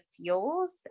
fuels